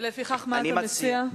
לפיכך מה אתה מציע?